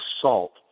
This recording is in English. salt